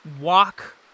walk